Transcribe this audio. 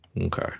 Okay